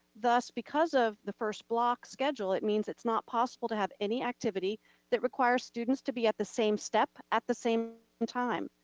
thus because of the first block schedule, it means it's not possible to have any activity that requires students to be at the same step, at the same time.